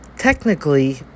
Technically